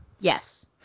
Yes